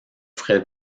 frais